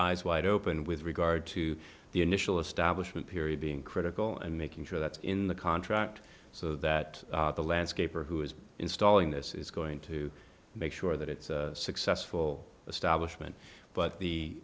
eyes wide open with regard to the initial establishment period being critical and making sure that in the contract so that the landscaper who is installing this is going to make sure that it's successful establishment but the